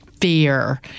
fear